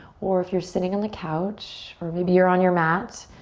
or if you're sitting on the couch or maybe you're on your mat,